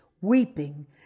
weeping